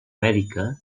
mèdica